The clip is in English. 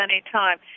anytime